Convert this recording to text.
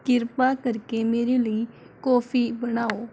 ਕਿਰਪਾ ਕਰਕੇ ਮੇਰੇ ਲਈ ਕੌਫੀ ਬਣਾਓ